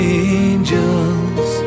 angels